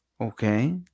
Okay